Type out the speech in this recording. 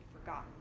forgotten